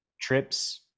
trips